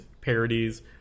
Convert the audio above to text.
parodies